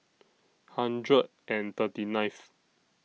hundred and thirty ninth